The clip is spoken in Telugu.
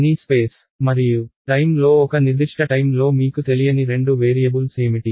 కానీ స్పేస్ మరియు టైమ్ లో ఒక నిర్దిష్ట టైమ్ లో మీకు తెలియని 2 వేరియబుల్స్ ఏమిటి